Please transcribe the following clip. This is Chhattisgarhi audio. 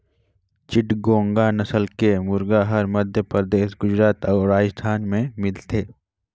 चिटगोंग नसल के मुरगा हर मध्यपरदेस, गुजरात अउ राजिस्थान में मिलथे